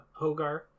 Hogar